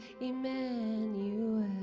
Emmanuel